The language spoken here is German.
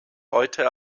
heute